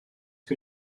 que